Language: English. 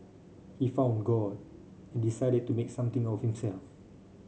he found God and decided to make something of himself